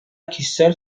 kişisel